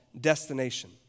destination